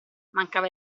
mancava